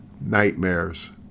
Nightmares